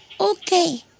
Okay